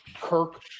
Kirk